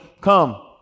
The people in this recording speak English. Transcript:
come